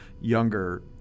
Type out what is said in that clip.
younger